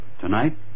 Tonight